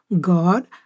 God